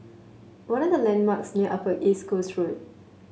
what are the landmarks near Upper East Coast Road